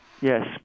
Yes